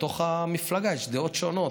בתוך המפלגה יש דעות שונות.